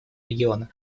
региона